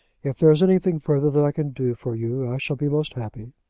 if there is anything further that i can do for you, i shall be most happy.